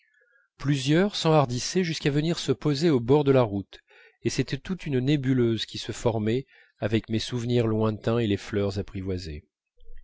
plusieurs s'enhardissaient jusqu'à venir se poser au bord de la route et c'était toute une nébuleuse qui se formait avec mes souvenirs lointains et les fleurs apprivoisées